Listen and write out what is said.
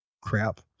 crap